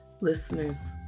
Listeners